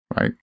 right